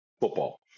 football